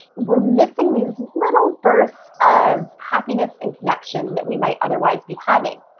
we're missing these little bursts of happiness and connection that we might otherwise be having